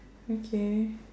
okay